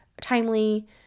timely